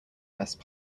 best